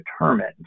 determined